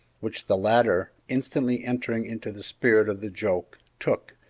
which the latter, instantly entering into the spirit of the joke, took,